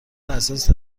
حساسی